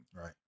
right